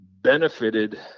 benefited